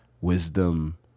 wisdom